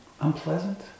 unpleasant